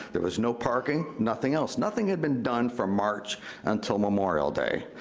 there was no parking, nothing else, nothing had been done from march until memorial day.